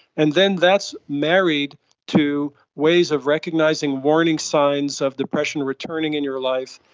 and then that's married to ways of recognising warning signs of depression returning in your life,